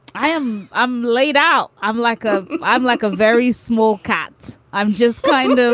i am. i'm laid out. i'm like ah i'm like a very small cat. i'm just kind of,